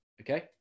Okay